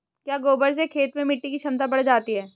क्या गोबर से खेत में मिटी की क्षमता बढ़ जाती है?